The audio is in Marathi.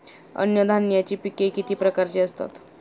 अन्नधान्याची पिके किती प्रकारची असतात?